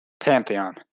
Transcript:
Pantheon